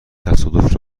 تصادف